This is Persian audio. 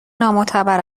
نامعتبر